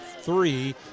three